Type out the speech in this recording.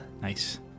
Nice